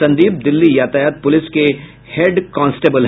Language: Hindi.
संदीप दिल्ली यातायात पुलिस के हेड कांस्टेबल हैं